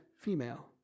female